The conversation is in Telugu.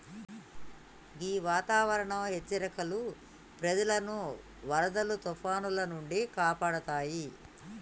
గీ వాతావరనం హెచ్చరికలు ప్రజలను వరదలు తుఫానాల నుండి కాపాడుతాయి